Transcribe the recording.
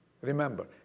remember